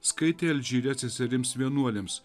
skaitė alžyre seserims vienuolėms